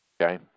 okay